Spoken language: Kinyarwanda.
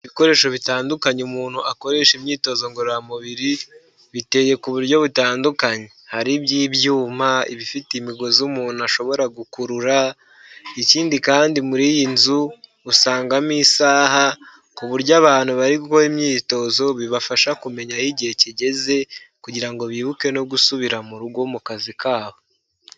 Ibikoresho bitandukanye umuntu akoresha imyitozo ngororamubiri biteye ku buryo butandukanye, hari iby'ibyuma, ibifite imigozi umuntu ashobora gukurura, ikindi kandi muri iyi nzu usangamo isaha ku buryo abantu bari gukora imyitozo bibafasha kumenya aho igihe kigeze, kugira ngo bibuke no gusubira mu rugo mu kazi kabo.